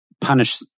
punish